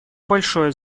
большое